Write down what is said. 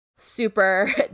super